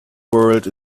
world